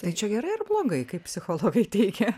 tai čia gerai ar blogai kaip psichologai teigia